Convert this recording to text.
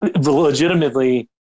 legitimately